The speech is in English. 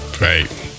Right